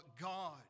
God